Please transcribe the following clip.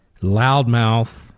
loudmouth